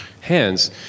hands